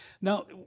Now